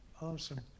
Awesome